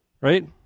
Right